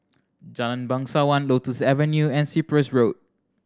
Jalan Bangsawan Lotus Avenue and Cyprus Road